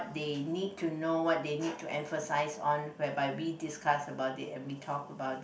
they need to know what they need to emphasize on whereby we discuss about it and we talk about it